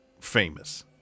famous